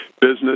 Business